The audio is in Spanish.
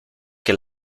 que